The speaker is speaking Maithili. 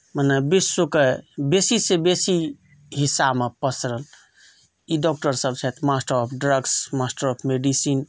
मने विश्व के बेसी से बेसी हिस्सा मे पसरल ई डॉक्टर सब छथि master of drugs master of medicine